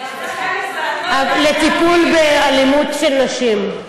לטיפול באלימות נגד נשים.